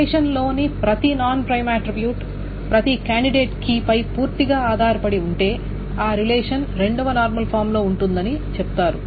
relation లోని ప్రతి non prime attribute ప్రతి కాండిడేట్ కీ పై పూర్తిగా ఆధారపడి ఉంటే ఆ రిలేషన్ 2 వ నార్మల్ ఫామ్ లో ఉంటుందని చెబుతారు